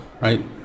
right